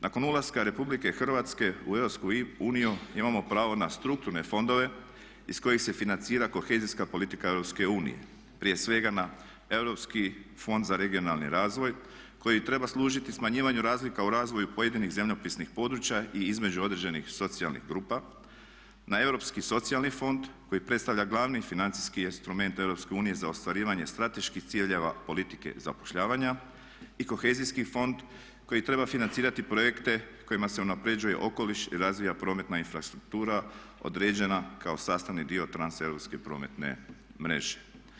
Nakon ulaska RH u EU imao pravo na strukturne fondove iz kojih se financira kohezijska politika EU, prije svega na Europski fond za regionalni razvoj koji treba služiti smanjivanju razlika u razvoju pojedinih zemljopisnih područja i između određenih socijalnih grupa na Europski socijalni fond koji predstavlja glavni financijski instrument EU za ostvarivanje strateških ciljeva politike zapošljavanja i kohezijski fond koji treba financirati projekte kojima se unaprjeđuje okoliš i razvija prometna infrastruktura određena kao sastavni dio transeuropske prometne mreže.